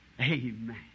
Amen